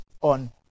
on